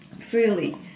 freely